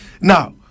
Now